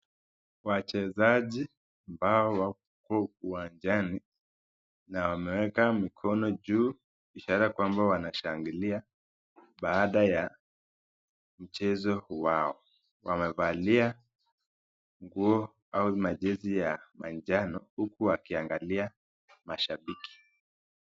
Wachezaji ambao wako uwanjani na wameweka mikono juu ishara kuwa wanashangilia baada ya mchezo wao. Wamevalia nguo au majezi ya manjano huku wakiangalia mashabiki.